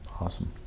Awesome